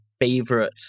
favorite